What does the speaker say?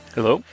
Hello